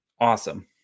Awesome